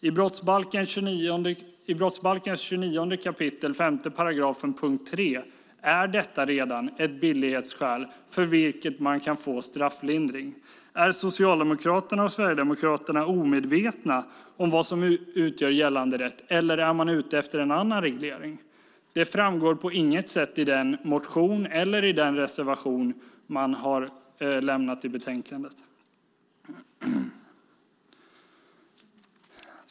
I brottsbalkens 29 kap. 5 § 3 är detta redan ett billighetsskäl för vilket man kan få strafflindring. Är Socialdemokraterna och Sverigedemokraterna omedvetna om vad som utgör gällande rätt? Eller är man ute efter en annan reglering? Det framgår på inget sätt i den motion eller i den reservation som finns i betänkandet.